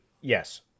Yes